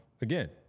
again